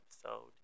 episode